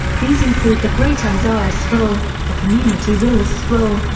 these include the great isaiah scroll, the community rule scroll,